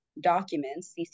documents